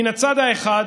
מן הצד האחד,